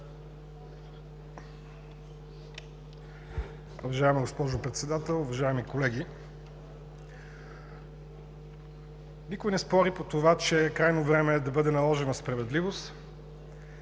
Уважаема госпожо Председател, уважаеми колеги! Никой не спори по това, че е крайно време да бъде наложена справедливост